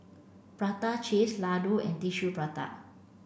prata cheese laddu and tissue prata